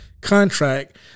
contract